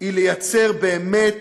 היא ליצור באמת